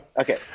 okay